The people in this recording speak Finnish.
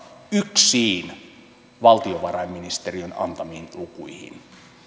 yksiin valtiovarainministeriön antamiin lukuihin